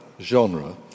genre